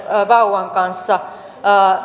vauvan kanssa